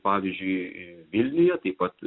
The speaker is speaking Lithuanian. pavyzdžiui vilniuje taip pat